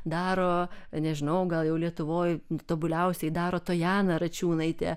daro nežinau gal jau lietuvoj tobuliausiai daro tojana račiūnaitė